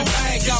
bang